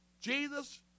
Jesus